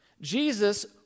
Jesus